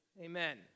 Amen